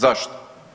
Zašto?